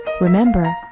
Remember